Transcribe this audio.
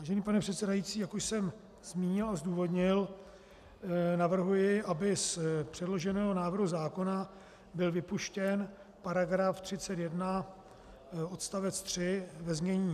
Vážený pane předsedající, jak už jsem zmínil a zdůvodnil, navrhuji, aby z předloženého návrhu zákona byl vypuštěn § 31 odst. 3 ve znění: